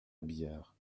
robiliard